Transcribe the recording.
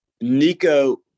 Nico